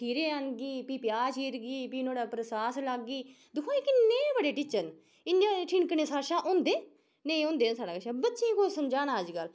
खीरे आह्न गी फ्ही प्याज़ चीरगी फ्ही नुहाड़े उप्पर सास लागी दिक्खो एह् किन्ने बड़े टिच्चर न इन्ने टिनकने साढ़े शा होंदे नेईं होंदे साढ़े कशा बच्चे कुस कुस समझाना अज्जकल